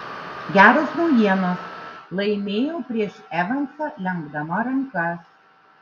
geros naujienos laimėjau prieš evansą lenkdama rankas